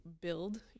build